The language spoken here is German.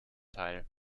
teil